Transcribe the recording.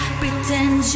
pretend